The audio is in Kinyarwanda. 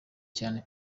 cyane